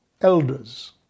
elders